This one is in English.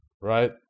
right